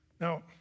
Now